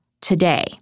today